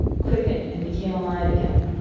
quickened and become alive again.